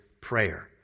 prayer